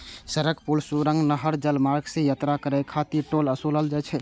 सड़क, पुल, सुरंग, नहर, जलमार्ग सं यात्रा करै खातिर टोल ओसूलल जाइ छै